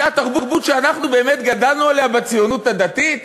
זאת התרבות שאנחנו באמת גדלנו עליה בציונות הדתית,